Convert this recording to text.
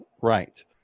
Right